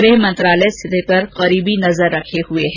गृह मंत्रालय स्थिति पर करीबी नजर रखे हुए है